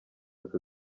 aka